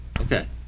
Okay